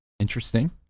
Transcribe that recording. interesting